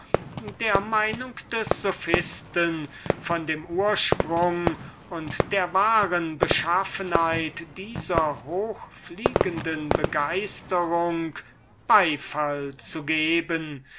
die meinung des sophisten von dem ursprung und der wahren beschaffenheit dieser hochfliegenden begeisterung beifall zu geben